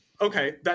Okay